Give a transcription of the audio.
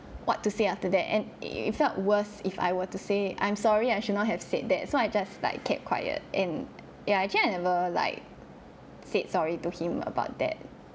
what to say after that and it felt worse if I were to say I'm sorry I should not have said that so I just like kept quiet in ya actually I never like said sorry to him about that